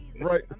right